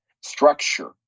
structure